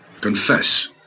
Confess